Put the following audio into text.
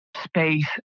space